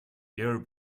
your